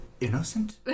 Innocent